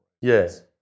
Yes